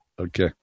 Okay